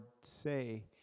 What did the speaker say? say